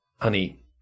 honey